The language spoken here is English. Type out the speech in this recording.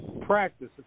practice